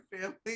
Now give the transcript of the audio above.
family